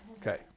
Okay